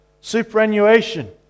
superannuation